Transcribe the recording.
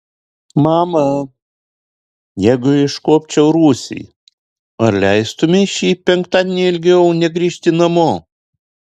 mama jeigu iškuopčiau rūsį ar leistumei šį penktadienį ilgiau negrįžti namo